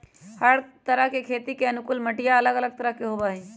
हर तरह खेती के अनुकूल मटिया अलग अलग तरह के होबा हई